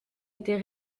était